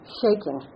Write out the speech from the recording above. shaking